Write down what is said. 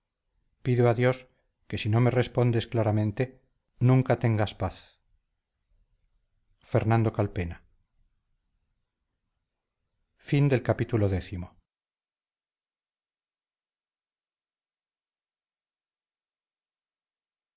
pido a dios que si no me respondes claramente nunca tengas paz fernando calpena